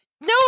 no